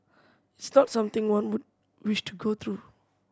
it's not something one would wish to go through